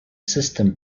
system